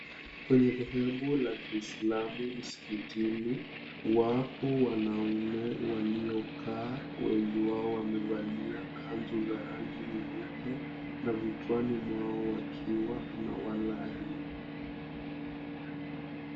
Kwenye dhehebu ya kiislamu msikitini wapo wanaume waliojaa wengi wao waliovalia kanzu za rangi nyeupe na vichwani mwao wakiwa na walahi.